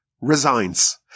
resigns